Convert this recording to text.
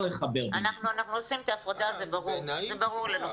אנחנו עושים את ההפרדה הזו וזה ברור לנו.